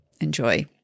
enjoy